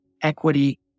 equity